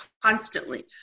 constantly